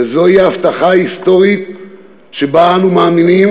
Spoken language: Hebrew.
וזוהי ההבטחה ההיסטורית שבה אנו מאמינים